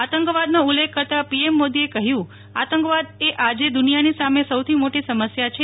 આતંકવાદનો ઉલ્લેખ કરતા પીએમ મોદીએ કહ્યું આતંકવાદ એ આજે દુનિયાની સામે સૌથી મોટી સમસ્યા છે